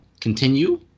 continue